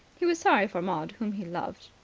he was sorry for maud, whom he loved.